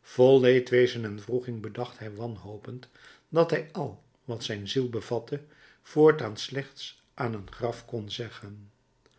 vol leedwezen en wroeging bedacht hij wanhopend dat hij al wat zijn ziel bevatte voortaan slechts aan een graf kon zeggen